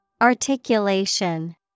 Articulation